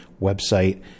website